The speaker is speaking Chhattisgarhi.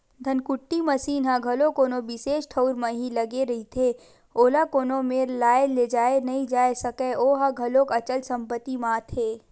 धनकुट्टी मसीन ह घलो कोनो बिसेस ठउर म ही लगे रहिथे, ओला कोनो मेर लाय लेजाय नइ जाय सकय ओहा घलोक अंचल संपत्ति म आथे